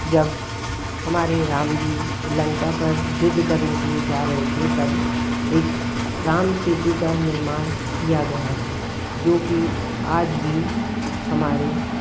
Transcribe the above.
जब हमारे राम जी लंका पर युद्ध करने के लिए जा रहे थे तब एक राम सेतु का निर्माण किया गया था जो कि आज भी हमारे